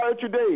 today